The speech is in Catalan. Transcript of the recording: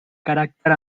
caràcter